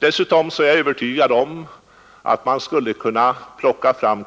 Dessutom är jag övertygad om att vi skulle kunna plocka fram